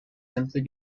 simply